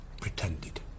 pretended